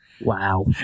Wow